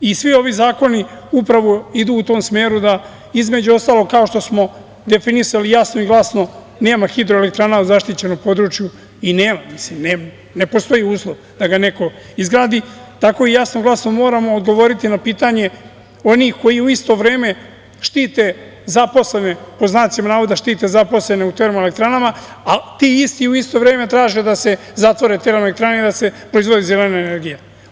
Svi ovi zakoni idu u tom smeru da, između ostalog, kao što smo definisali jasno i glasno da nema hidroelektrana na zaštićenom području i nema, ne postoji uslov da ga neko izgradi, tako jasno i glasno moramo odgovoriti na pitanje onih koji u isto vreme štite zaposlene, pod znacima navoda, u termoelektranama a ti isti u isto vreme traže da se zatvore termoelektrane i da se proizvodi zelena energija.